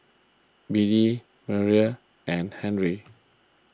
Biddie Merrie and Harvy